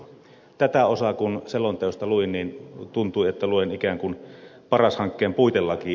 tätä osaa kun selonteosta luin niin tuntui että luen ikään kuin paras hankkeen puitelakia